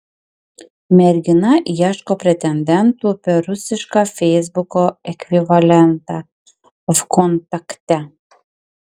mergina ieško pretendentų per rusišką feisbuko ekvivalentą vkontakte